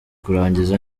kurangiza